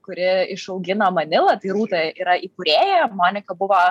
kuri išaugino manilą tai rūta yra įkūrėja monika buvo